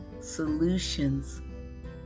solutions